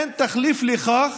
אין תחליף לכך